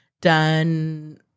done